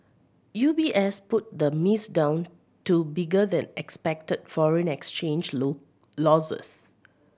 U B S put the miss down to bigger than expected foreign exchange losses